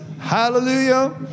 Hallelujah